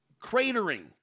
cratering